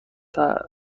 ترک